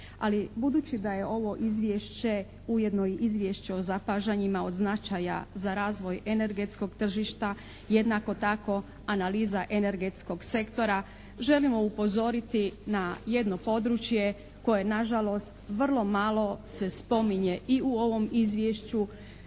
budući da je ovo izvješće ujedno i izvješće o zapažanjima od značaja za razvoj energetskog tržišta, jednako tako analiza energetskog sektora želimo upozoriti na jedno područje koje na žalost vrlo malo se spominje i u ovom izvješću